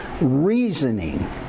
reasoning